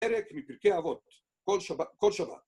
פרק מפרקי אבות, כל שבת.